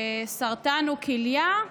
סרטן וכליה,